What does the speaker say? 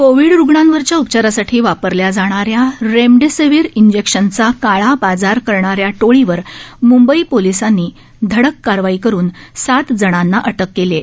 Covid रुग्णांवरील उपचारासाठी वापरल्या जाणाऱ्या रेमडेसीवीर इंजेक्शनचा काळाबाजार करणाऱ्या टोळीवर मुंबई पोलिसांनी धडक कारवाई करत सात जणांना अटक केली आहे